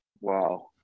Wow